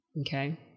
okay